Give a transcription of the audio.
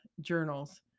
journals